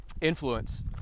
influence